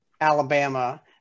Alabama